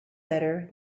better